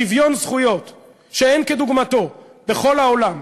שוויון זכויות שאין כדוגמתו בכל העולם,